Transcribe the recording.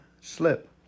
slip